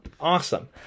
awesome